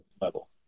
level